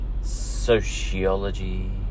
...sociology